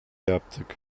yaptık